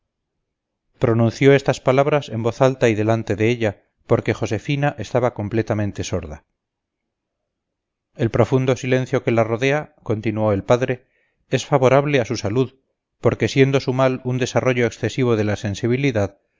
pronunció estas palabras en voz alta y delante de ella porque josefina estaba completamente sorda el profundo silencio que la rodea continuó el padre es favorable a su salud porque siendo su mal un desarrollo excesivo de la sensibilidad